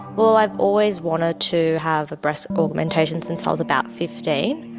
well, i've always wanted to have a breast augmentation since i was about fifteen,